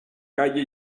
calle